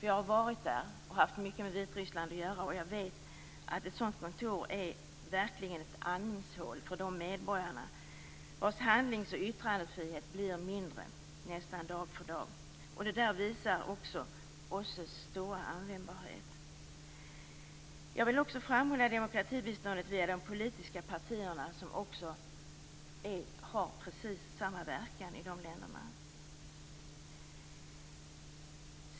Jag har varit där och haft mycket med Vitryssland att göra, och jag vet att ett sådant kontor verkligen är ett andningshål för de medborgare vars handlings och yttrandefrihet blir mindre nästan dag för dag. Detta visar också OSSE:s stora användbarhet. Jag vill också framhålla demokratibiståndet via de politiska partierna, som också har precis samma verkan i de här länderna.